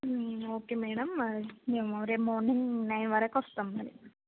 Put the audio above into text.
okay madam మేము రేపు morning nine వరకు వస్తాం మరి